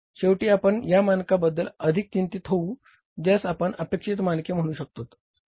तर शेवटी आपण या मानका बद्दल अधिक चिंतीत होऊ ज्यास आपण अपेक्षित मानके म्हणू शकतो